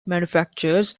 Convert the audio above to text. manufactures